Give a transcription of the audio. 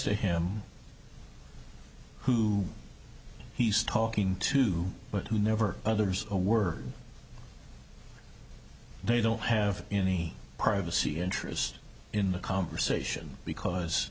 to him who he's talking to but never others who were they don't have any privacy interest in the conversation because